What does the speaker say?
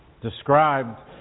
described